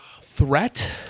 Threat